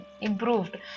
improved